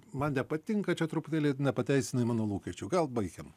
man nepatinka čia truputėlį nepateisinai mano lūkesčių gal baikim